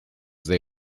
they